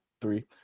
three